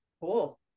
Cool